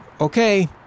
Okay